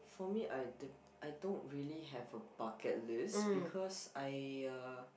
for me I d~ I don't really have a bucket list because I uh